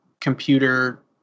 computer